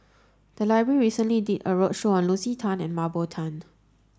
the library recently did a roadshow on Lucy Tan and Mah Bow Tan